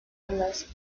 las